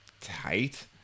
tight